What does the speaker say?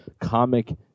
comic